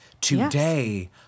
today